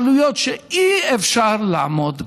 עלויות שאי-אפשר לעמוד בהן.